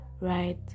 right